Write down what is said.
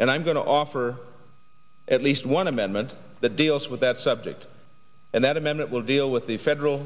and i'm going to offer at least one amendment that deals with that subject and that amendment will deal with the federal